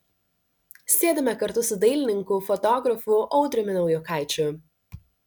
sėdime kartu su dailininku fotografu audriumi naujokaičiu